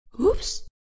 Oops